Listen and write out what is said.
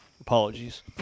apologies